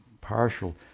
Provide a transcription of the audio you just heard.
partial